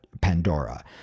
Pandora